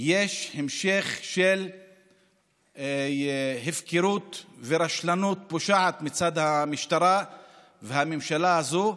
יש המשך של הפקרות ורשלנות פושעת מצד המשטרה והממשלה הזו,